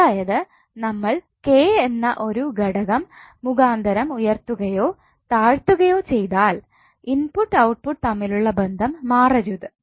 അതായത് നമ്മൾ K എന്ന ഒരു ഘടകം മുഖാന്തരം ഉയർത്തുകയോ താഴ്ത്തുകയോ ചെയ്താൽ ഇൻപുട്ട് ഔട്ട്പുട്ട് തമ്മിലുള്ള ബന്ധം മാറരുത്